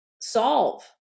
solve